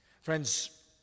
Friends